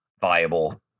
viable